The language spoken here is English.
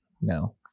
no